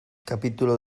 capítulo